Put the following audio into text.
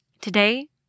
Today